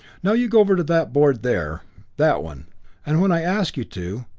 now, you go over to that board there that one and when i ask you to,